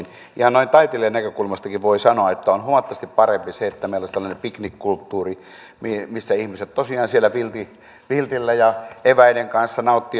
ihan noin taiteilijan näkökulmastakin voin sanoa että on huomattavasti parempi se että meillä olisi tällainen piknikkulttuuri missä ihmiset tosiaan siellä viltillä ja eväiden kanssa nauttivat alkoholia